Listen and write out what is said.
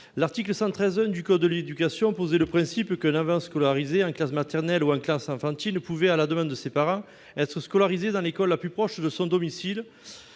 L'article L. 113-1 du code de l'éducation posait le principe qu'un enfant scolarisé en classe maternelle ou en classe enfantine pouvait, à la demande de ses parents, être scolarisé dans l'école la plus proche de son domicile.